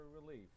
relief